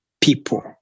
people